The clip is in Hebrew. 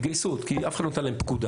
התגייסות, כי אף אחד לא נתן להם פקודה